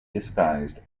disguised